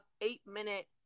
eight-minute